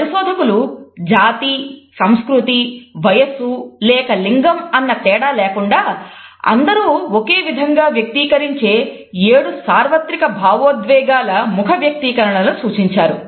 పరిశోధకులు జాతి సంస్కృతి వయసు లేక లింగం అన్న తేడా లేకుండా అందరూ ఒకే విధంగా వ్యక్తీకరించే ఏడు సార్వత్రిక భావోద్వేగాల ముఖ వ్యక్తీకరణలను సూచించారు